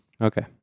Okay